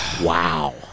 Wow